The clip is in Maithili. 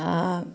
आ